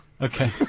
Okay